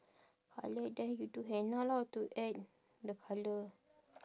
colour then you do henna lah to add the colour